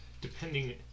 depending